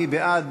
מי בעד?